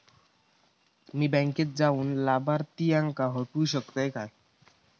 मी बँकेत जाऊन माझ्या लाभारतीयांका हटवू शकतय काय?